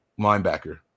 linebacker